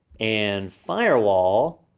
and firewall,